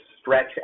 stretch